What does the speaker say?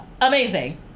amazing